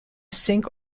sink